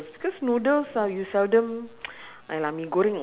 ah you come in the morning don't have lah